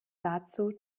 dazu